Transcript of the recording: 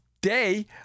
day